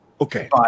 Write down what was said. Okay